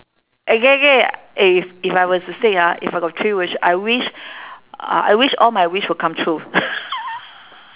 eh K K if if I were to say ah if I got three wish I wish uh I wish all my wish will come true